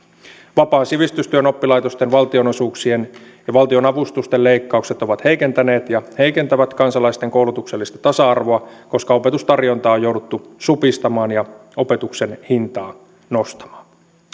vapaan sivistystyön oppilaitosten valtionosuuksien ja valtionavustusten leikkaukset ovat heikentäneet ja heikentävät kansalaisten koulutuksellista tasa arvoa koska opetustarjontaa on jouduttu supistamaan ja opetuksen hintaa nostamaan